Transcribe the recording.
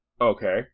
Okay